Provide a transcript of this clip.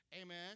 Amen